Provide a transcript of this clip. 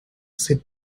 sit